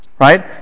Right